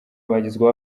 bagizwe